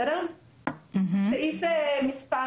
סעיף 10